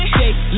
Shake